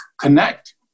connect